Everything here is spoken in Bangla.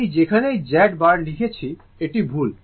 আমি যেখানেই Z বার লিখেছি এটি ভুল